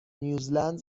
نیوزلند